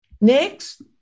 Next